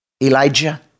Elijah